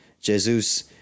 Jesus